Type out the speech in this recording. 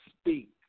speak